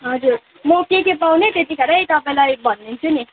हजुर म के के पाउने त्यतिखेरै तपाईँलाई भन्दिन्छु नि